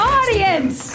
audience